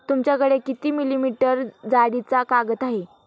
तुमच्याकडे किती मिलीमीटर जाडीचा कागद आहे?